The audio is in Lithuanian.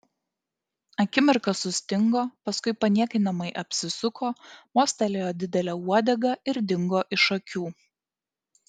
akimirką sustingo paskui paniekinamai apsisuko mostelėjo didele uodega ir dingo iš akių